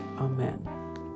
Amen